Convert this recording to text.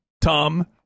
Tom